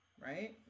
right